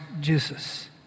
Jesus